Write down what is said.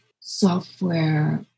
software